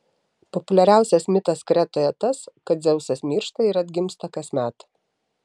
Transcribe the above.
populiariausias mitas kretoje tas kad dzeusas miršta ir atgimsta kasmet